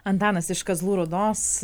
antanas iš kazlų rūdos